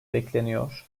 bekleniyor